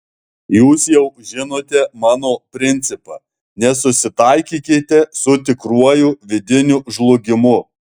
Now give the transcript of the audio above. jūs jau žinote mano principą nesusitaikykite su tikruoju vidiniu žlugimu